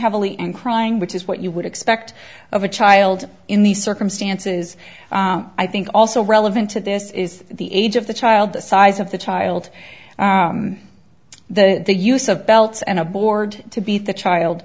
heavily and crying which is what you would expect of a child in these circumstances i think also relevant to this is the age of the child the size of the child the the use of belts and a board to beat the child